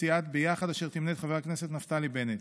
סיעת ביחד, אשר תמנה את חבר הכנסת נפתלי בנט.